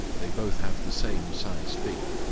they both have the same size feet.